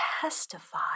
testify